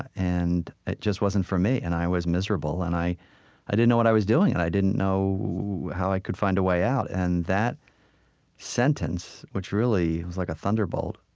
and it just wasn't for me. and i was miserable, and i i didn't know what i was doing. i didn't know how i could find a way out. and that sentence, which really was like a thunderbolt,